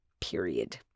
period